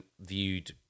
viewed